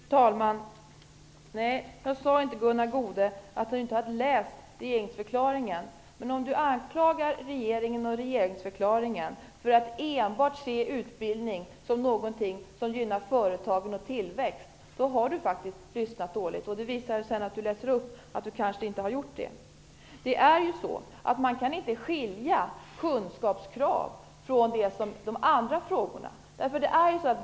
Fru talman! Nej, jag sade inte till Gunnar Goude att han inte hade läst regeringsförklaringen. Men om han anklagar regeringen och regeringsförklaringen för att enbart se utbildning som någonting som gynnar företagen och tillväxten har han faktiskt lyssnat dåligt. Det visade sig sedan när Gunnar Goude läste ur regeringsdeklarationen att han kanske inte har gjort det. Man kan inte skilja kunskapskraven från de andra frågorna.